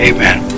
Amen